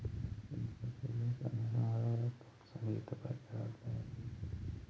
కొన్ని పశువుల సన్న నరాలతో సంగీత పరికరాలు తయారు చెస్తాండ్లు